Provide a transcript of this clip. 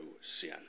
sin